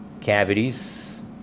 Cavities